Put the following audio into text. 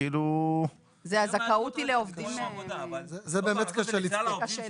זה באמת קשה לצפות.